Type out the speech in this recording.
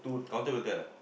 counter will tell lah